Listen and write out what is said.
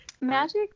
magic